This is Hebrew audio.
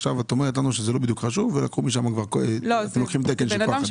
עכשיו את אומרת לנו שזה לא בדיוק חשוב ולקחו משם תקן של כוח אדם.